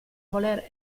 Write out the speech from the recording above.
voler